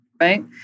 right